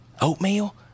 Oatmeal